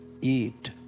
eat